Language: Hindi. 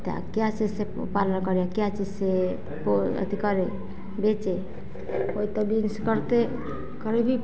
त क्या से से पालन करें क्या चीज से पो अति करें बेचें कोई तो बिनिस करते कर भी